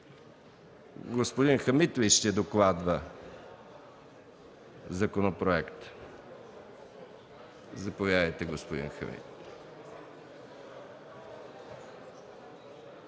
Господин Хамид ли ще докладва законопроекта? Заповядайте, господин Хамид.